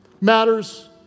matters